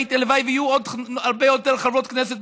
הלוואי שיהיו עוד הרבה יותר חברות כנסת